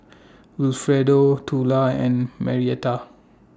Wilfredo Tula and Marietta